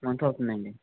వస్తుందండీ